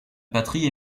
patrie